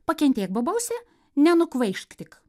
pakentėk bobause nenukvaišk tik